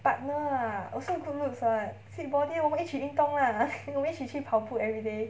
partner ah also good looks what fit body 我们一起运动 lah 我们一起去跑步 everyday